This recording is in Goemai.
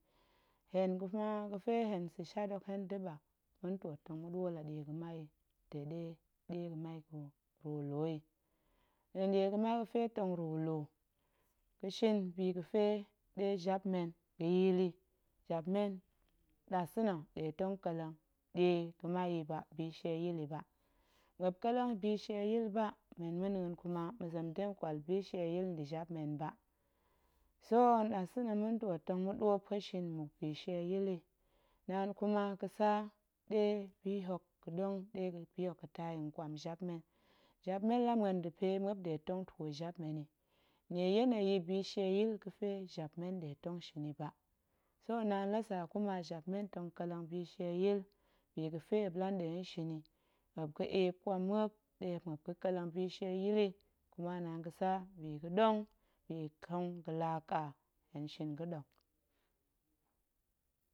Hen kuma ga̱fe hen sa̱ shat hok da̱ ɓak, ma̱n ntwoot tong ma̱ɗwo la ɗie ga̱mai yi de ɗe ɗie ga̱mai ga̱ru lu yi, nɗa̱a̱n ɗie ga̱mai ga̱fe tong ru lu, ga̱shin bi ga̱fe ɗe jap men ga̱ya̱a̱l yi, jap nɗasa̱na̱ nɗe tong ƙelleng ɗie ga̱mai yi ba, bishieyil yi ba, muop ƙelleng bishieyil yi ba men ma̱na̱a̱n kuma ma̱zem dega̱ ƙwal bishieyil nda̱ jap men ba, so nɗasa̱na̱ ma̱n twoot tong ma̱ɗwo pueshin mmuk bishieyil yi, naan kuma ga̱sa ɗe bihok ga̱ɗong, ɗe bihok ga̱taa yi nƙwam jap men, jap men la muen nda̱pe muop nɗe tong twoo jap men yi, nnie yene yi bishieyil ga̱pe jap men nɗe tong shin yi ba, so naan la sa kuma jap men tong ƙelleng bishieyil bi ga̱fe muop la nɗe tong shin yi, muop ga̱ epp ƙwam muop ɗe muop ga̱ ƙelleng bishieyil yi, kuma naan ga̱sa biga̱ɗong, bi nkong ga̱laa ƙa, hen shin ga̱ɗong.